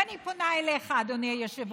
ואני פונה אליך, אדוני היושב-ראש: